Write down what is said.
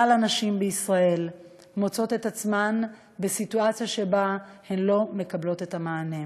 כלל הנשים בישראל מוצאות את עצמן בסיטואציה שבה הן לא מקבלות את המענה.